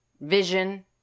vision